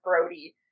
Brody